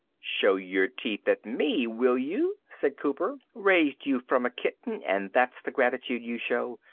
show your teeth at me, will you! said cooper. raised you from a kitten and that's the gratitude you show.